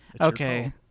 Okay